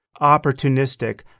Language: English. opportunistic